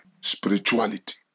spirituality